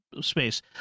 space